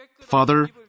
Father